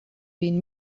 vint